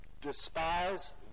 despise